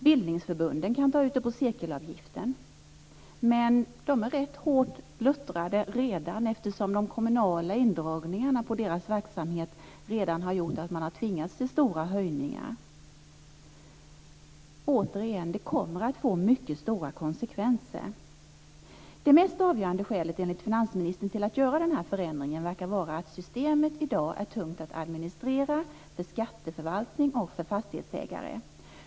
Bildningsförbunden kan ta ut det på cirkelavgiften, men de är rätt luttrade redan eftersom de kommunala indragningarna på deras verksamhet redan har gjort att man har tvingats till stora höjningar. Återigen: Det kommer att få mycket stora konsekvenser. Det mest avgörande skälet, enligt finansministern, att göra denna förändring verkar vara att systemet i dag är tungt att administrera för skatteförvaltning och för fastighetsägare.